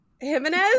Jimenez